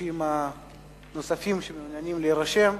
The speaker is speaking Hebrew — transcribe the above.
אנשים נוספים שמעוניינים להירשם,